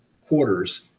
quarters